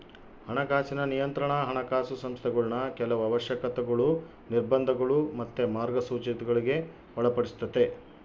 ಹಣಕಾಸಿನ ನಿಯಂತ್ರಣಾ ಹಣಕಾಸು ಸಂಸ್ಥೆಗುಳ್ನ ಕೆಲವು ಅವಶ್ಯಕತೆಗುಳು, ನಿರ್ಬಂಧಗುಳು ಮತ್ತೆ ಮಾರ್ಗಸೂಚಿಗುಳ್ಗೆ ಒಳಪಡಿಸ್ತತೆ